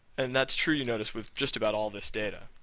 and that's true you notice, with just about all this data,